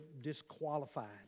disqualified